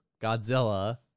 Godzilla